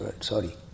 sorry